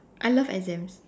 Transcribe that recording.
I love exams